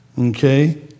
Okay